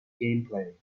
gameplay